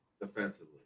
defensively